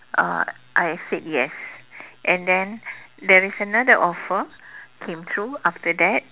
uh I said yes and then there is another offer came through after that